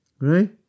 right